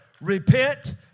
repent